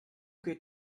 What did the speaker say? good